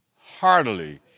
heartily